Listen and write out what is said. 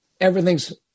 everything's